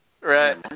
Right